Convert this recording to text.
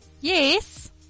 Yes